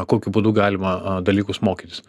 kokiu būdu galima dalykus mokytis